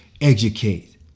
educate